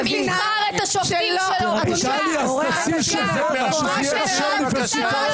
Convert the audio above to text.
הספר או הפורום?